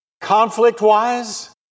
conflict-wise